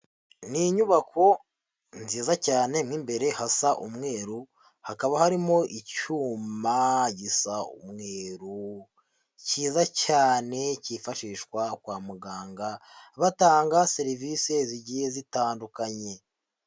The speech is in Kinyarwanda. Ni inyubako nziza cyane mo imbere hasa umweru, hakaba harimo icyuma gisa umweru cyiza cyane cyifashishwa kwa muganga batanga serivise zigiye zitandukanye.